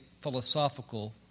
philosophical